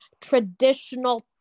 traditional